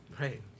Right